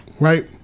Right